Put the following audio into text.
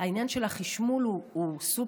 העניין של החשמול הוא סופר-סופר-משמעותי,